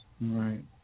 Right